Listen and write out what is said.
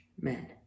men